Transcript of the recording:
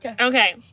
Okay